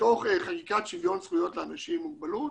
בתוך חקיקת שוויון הזדמנויות לאנשים עם מוגבלות